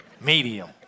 medium